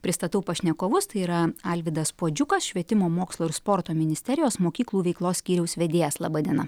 pristatau pašnekovus tai yra alvydas puodžiukas švietimo mokslo ir sporto ministerijos mokyklų veiklos skyriaus vedėjas laba diena